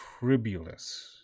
tribulus